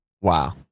Wow